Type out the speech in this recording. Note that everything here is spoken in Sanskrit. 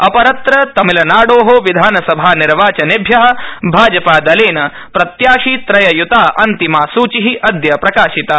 अपरत्र तमिलनाडो विधानसभा निर्वाचनेभ्य भाजपादलेन प्रत्याशि त्रय यूता अन्तिमा सूचि अद्य प्रकाशिता